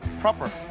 proper.